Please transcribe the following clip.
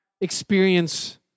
experience